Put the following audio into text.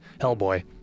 Hellboy